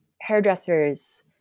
hairdressers